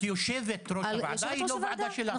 את יושבת ראש הוועדה, היא לא וועדה שלך.